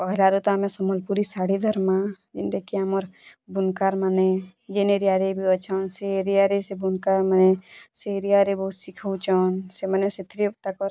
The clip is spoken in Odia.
ପହିଲାରୁ ତ ଆମେ ସମ୍ବଲପୁରୀ ଶାଢ଼ୀ ଧର୍ମା ଯେନ୍ଟାକି ଆମର୍ ବୁନ୍କାର୍ମାନେ ଯେନ୍ ଏରିଆରେ ବି ଅଛନ୍ ସେ ଏରିଆରେ ସେ ବୁନ୍କାର୍ମାନେ ସେ ଏରିଆରେ ବହୁତ୍ ଶିଖଉଛନ୍ ସେମାନେ ସେଥିରେ ତାକର୍